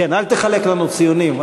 כן, אל תחלק לנו ציונים.